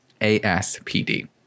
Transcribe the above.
ASPD